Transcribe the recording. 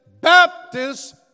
Baptist